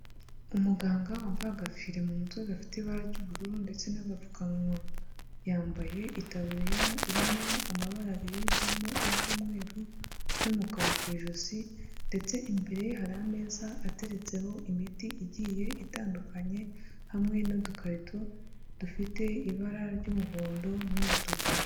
Umuganga wambaye agafire mu mutwe udafite ibara ry'ubururu ndetse n'agapfukamunwa, yambaye itaburiya irimo amabara abiri, harimo iry'umweru n'umukara ku ijosi, ndetse imbere hari ameza ateretseho imiti igiye itandukanye, hamwe n'udukarito dufite ibara ry'umuhondo n'umutuku.